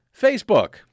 Facebook